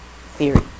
theory